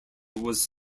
was